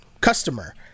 customer